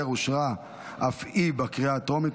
עצה טובה.